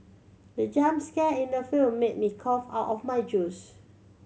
the jump scare in the film made me cough out of my juice